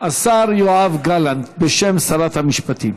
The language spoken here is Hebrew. השר יואב גלנט, בשם שרת המשפטים.